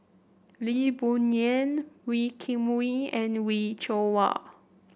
Lee Boon Ngan Wee Kim Wee and Wee Cho Yaw